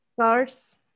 cars